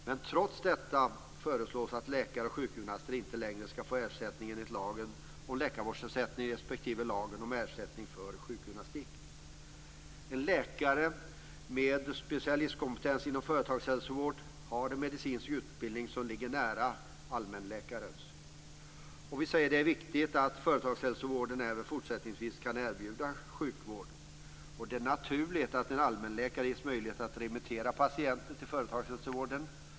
Men trots detta föreslås att läkare och sjukgymnaster inte längre ska få ersättning enligt lagen om läkarvårdsersättning respektive lagen om ersättning för sjukgymnastik. En läkare med specialistkompetens inom företagshälsovård har en medicinsk utbildning som ligger nära allmänläkarens. Det är viktigt att företagshälsovården även fortsättningsvis kan erbjuda sjukvård. Det är naturligt att en allmänläkare ges möjligheter att remittera patienter till företagshälsovården.